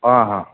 हां हां